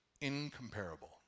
incomparable